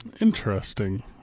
Interesting